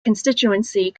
constituency